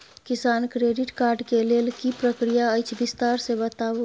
किसान credit card के लेल की प्रक्रिया अछि विस्तार से बताबू?